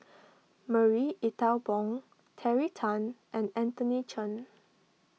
Marie Ethel Bong Terry Tan and Anthony Chen